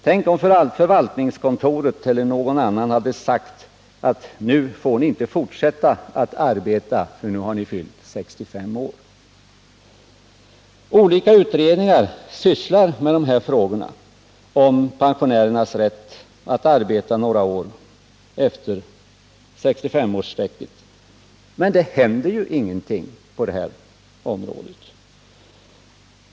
Tänk om förvaltningskontoret eller någon annan hade sagt: Nu får ni inte fortsätta att arbeta, för nu har ni fyllt 65 år! Olika utredningar sysslar med frågorna om pensionärernas rätt att arbeta ytterligare några år efter 65-årsstrecket, men det händer ju ingenting på det området.